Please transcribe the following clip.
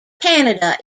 canada